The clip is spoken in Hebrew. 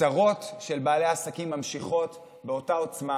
הצרות של בעלי העסקים ממשיכות באותה עוצמה.